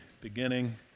beginning